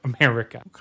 America